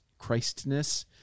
Christness